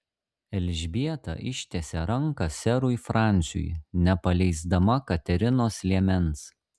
elžbieta ištiesė ranką serui fransiui nepaleisdama katerinos liemens